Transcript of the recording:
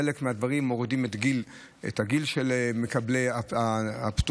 חלק מהדברים מורידים את הגיל של מקבלי הפטור,